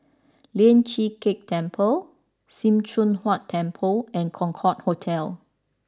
Lian Chee Kek Temple Sim Choon Huat Temple and Concorde Hotel